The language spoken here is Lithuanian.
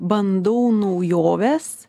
bandau naujoves